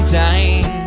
time